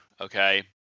okay